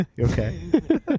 Okay